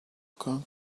count